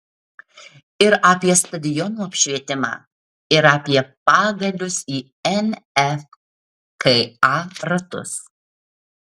ir apie stadionų apšvietimą ir apie pagalius į nfka ratus